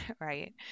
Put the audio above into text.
right